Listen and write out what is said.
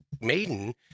maiden